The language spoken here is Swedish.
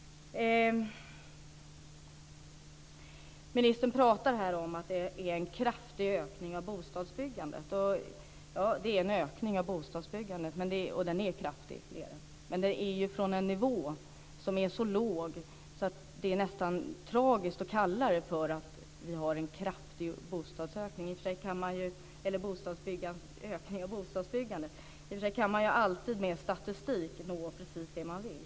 Ministern talar här om att det är en kraftig ökning av bostadsbyggandet. Ja, det är en ökning av bostadsbyggandet, och den är kraftig, men från en nivå som är så låg att det nästan är tragiskt att kalla det för en kraftig ökning av bostadsbyggandet. I och för sig kan man alltid med statistik få fram precis det man vill.